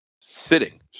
Sitting